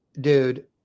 dude